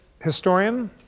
historian